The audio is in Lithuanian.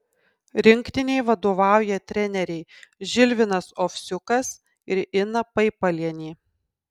rinktinei vadovauja treneriai žilvinas ovsiukas ir ina paipalienė